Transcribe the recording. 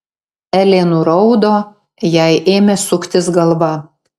elė nuraudo jai ėmė suktis galva